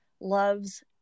loves